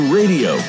radio